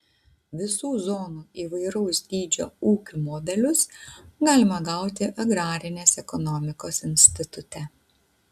visų zonų įvairaus dydžio ūkių modelius galima gauti agrarinės ekonomikos institute